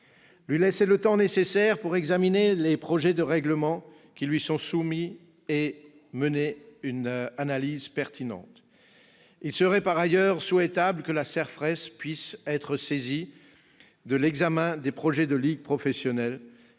lui laisser le temps nécessaire pour examiner les projets de règlement qui lui sont soumis et mener une analyse pertinente. Il serait par ailleurs souhaitable que la CERFRES puisse être saisie de l'examen des projets des ligues professionnelles,